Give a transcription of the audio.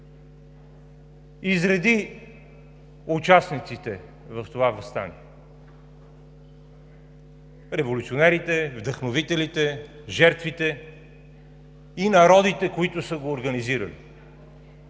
изреди участниците в това въстание – революционерите, вдъхновителите, жертвите и народите, които са го организирали.